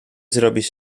zrobić